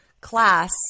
class